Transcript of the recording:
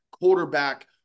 quarterback